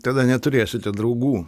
tada neturėsite draugų